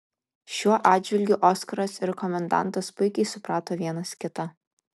šiuo atžvilgiu oskaras ir komendantas puikiai suprato vienas kitą